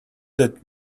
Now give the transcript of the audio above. that